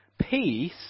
peace